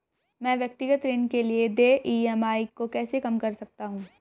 मैं व्यक्तिगत ऋण के लिए देय ई.एम.आई को कैसे कम कर सकता हूँ?